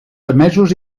emesos